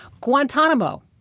Guantanamo